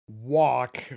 Walk